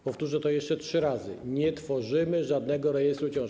Powtórzę to jeszcze trzeci raz: nie tworzymy żadnego rejestru ciąż.